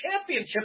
Championship